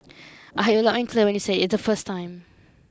I heard you loud and clear when you said it the first time